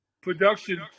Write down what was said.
production